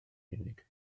unig